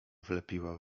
wlepiła